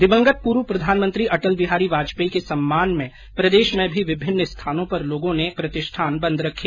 दिवंगत पूर्व प्रधानमंत्री अटल बिहारी वाजपेयी के सम्मान में प्रदेश में भी विभिन्न स्थानों पर लोगों ने प्रतिष्ठान बंद रखे